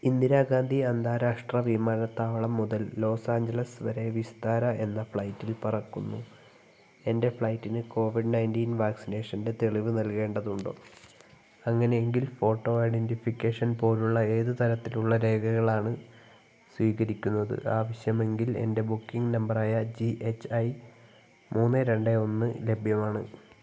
ഇന്ദിരാഗാന്ധി അന്താരാഷ്ട്ര വിമാനത്താവളം മുതൽ ലോസ്ആഞ്ചലസ് വരെ വിസ്താര എന്ന ഫ്ലൈറ്റിൽ പറക്കുന്നു എൻ്റെ ഫ്ലൈറ്റിന് കോവിഡ് നയൻറ്റീൻ വാക്സിനേഷൻ്റെ തെളിവ് നൽകേണ്ടതുണ്ടോ അങ്ങനെ എങ്കിൽ ഫോട്ടോ ഐഡെൻ്റിഫിക്കേഷൻ പോലെയുള്ള ഏത് തരത്തിലുള്ള രേഖകളാണ് സ്വീകരിക്കുന്നത് ആവശ്യമെങ്കിൽ എൻ്റെ ബുക്കിംഗ് നമ്പറായ ജി എച്ച് ഐ മൂന്ന് രണ്ട് ഒന്ന് ലഭ്യമാണ്